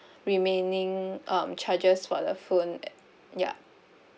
remaining um charges for the phone at ya